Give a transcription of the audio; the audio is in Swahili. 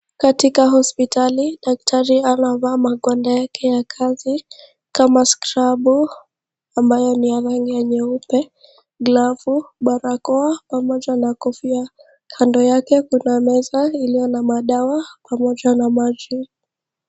Katika hospitali daktari anavaa magwanda yake ya kazi kama bu scrubu ambaye ni ya rangi ya nyeupe, glovu, barakoa pamoja na kofia. Kando yake kuna meza iliyo na madawa pamoja na maji.